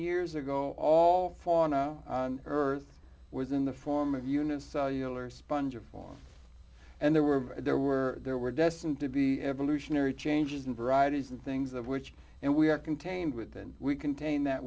years ago all for now on earth was in the form of unicellular spongiform and there were there were there were destined to be evolutionary changes and varieties and things of which and we are contained within we contain that